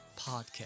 podcast